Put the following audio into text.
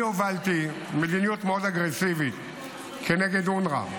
אני הובלתי מדיניות מאוד אגרסיבית נגד אונר"א,